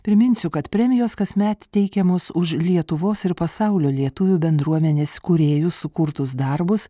priminsiu kad premijos kasmet teikiamos už lietuvos ir pasaulio lietuvių bendruomenės kūrėjų sukurtus darbus